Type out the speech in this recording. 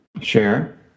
Share